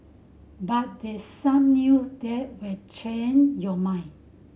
but there some new that will change your mind